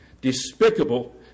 despicable